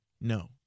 No